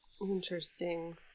Interesting